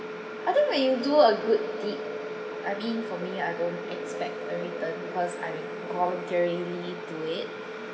I think when you do a good deed I mean for me I don't expect a return because I voluntarily do it